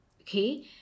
okay